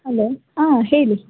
hello ಹಾಂ ಹೇಳಿ